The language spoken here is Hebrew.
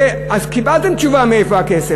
אז קיבלתם תשובה מאיפה הכסף.